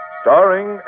starring